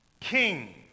king